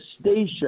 station